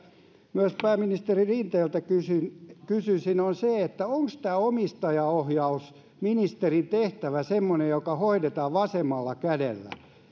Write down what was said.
myös pääministeri rinteeltä kysyisin onko tämä omistajaohjausministerin tehtävä semmoinen joka hoidetaan vasemmalla kädellä